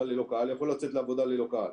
ללא קהל יכול לצאת לעבודה ללא קהל.